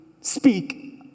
speak